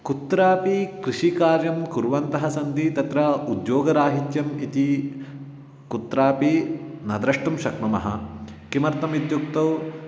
कुत्रापि कृषिकार्यं कुर्वन्तः सन्ति तत्र उद्योगराहित्यम् इति कुत्रापि न द्रष्टुं शक्नुमः किमर्थम् इत्युक्तौ